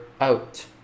out